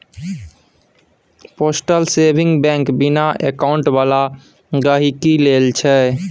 postal saving bank बिना account बला गहिंकी लेल छै